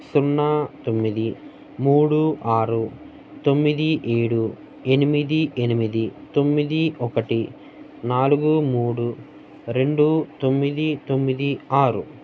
సున్నా తొమ్మిది మూడు ఆరు తొమ్మిది ఏడు ఎనిమిది ఎనిమిది తొమ్మిది ఒకటి నాలుగు మూడు రెండు తొమ్మిది తొమ్మిది ఆరు